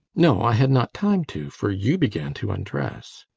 no, i had not time to for you began to undress.